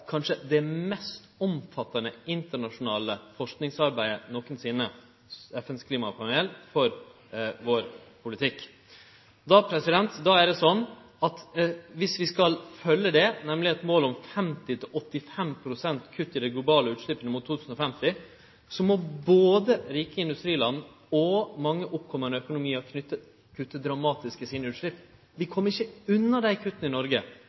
kanskje det mest omfattande internasjonale forskingsarbeidet nokosinne – FNs klimapanel. Då er det slik at viss vi skal følgje det, nemleg eit mål om 50 til 85 pst. kutt i dei globale utsleppa mot 2050, må både rike industriland og mange oppkomande økonomiar kutte dramatisk i sine utslepp. Vi kjem ikkje unna dei kutta i Noreg,